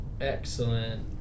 Excellent